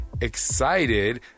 excited